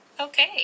Okay